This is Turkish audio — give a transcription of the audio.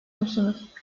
musunuz